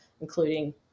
including